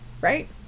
right